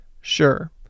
sure